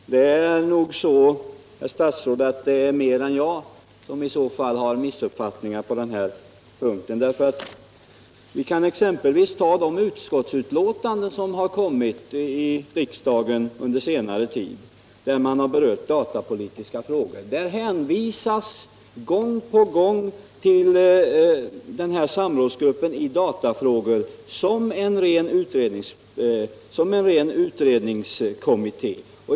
Herr talman! Det är nog, herr statsråd, i så fall fler än jag som har missuppfattningar på den här punkten. Vi kan exempelvis titta på de utskottsbetänkanden som lagts fram i riksdagen under senare tid och som berör datapolitiska frågor. Där hänvisas gång på gång till den här samrådsgruppen i datafrågor som en ren utredningskommitté.